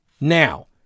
Now